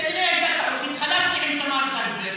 כנראה הייתה טעות, התחלפתי עם תמר זנדברג.